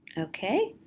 okay,